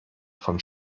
von